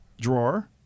Drawer